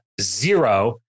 zero